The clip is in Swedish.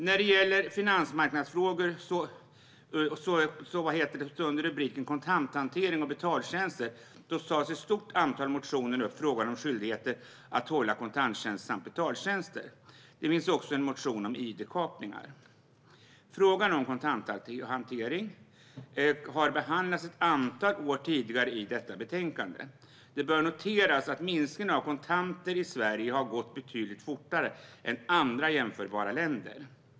När det gäller finansmarknadsfrågor tar ett stort antal motioner under rubriken Kontanthantering och betaltjänster upp frågan om skyldigheten att hålla kontanttjänster samt betaltjänster. Det finns också en motion om id-kapningar. Från om kontanthanteringen har behandlats i ett antal betänkanden från tidigare år. Det bör noteras att minskningen av kontanter i Sverige har gått betydligt fortare än i jämförbara länder.